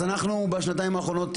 אז אנחנו בשנתיים האחרונות,